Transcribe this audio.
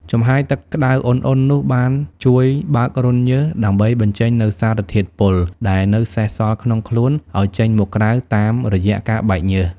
ចំហាយទឹកក្តៅឧណ្ហៗនោះបានជួយបើករន្ធញើសដើម្បីបញ្ចេញនូវសារធាតុពុលដែលនៅសេសសល់ក្នុងខ្លួនឱ្យចេញមកក្រៅតាមរយៈការបែកញើស។